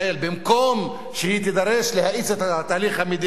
במקום שהיא תידרש להאיץ את התהליך המדיני,